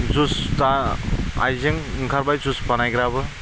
juice दा आइजें ओंखारबाय बानायग्राबो